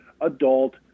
adult